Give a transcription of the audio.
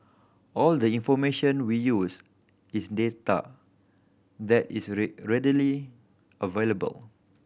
all the information we use is data that is readily available